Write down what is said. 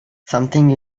something